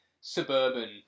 suburban